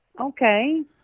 okay